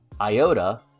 iota